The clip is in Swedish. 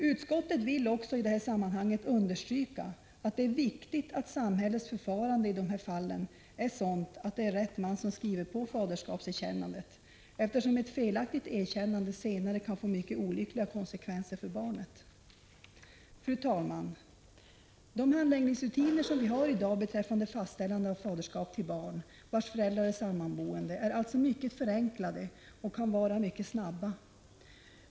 Utskottet vill också i detta sammanhang understryka att det är viktigt att samhällets förfarande i dessa fall är sådant att det är rätt man som skriver på faderskapserkännandet, eftersom ett felaktigt erkännande senare kan få mycket olyckliga konsekvenser för barnet. Fru talman! De handläggningsrutiner som vi har i dag beträffande fastställande av faderskap till barn vars föräldrar är sammanboende är alltså mycket förenklade och kan vara mycket snabba.